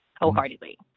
wholeheartedly